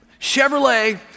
Chevrolet